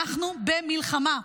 אנחנו במלחמה.